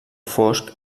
fosc